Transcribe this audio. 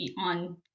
on